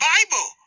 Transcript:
Bible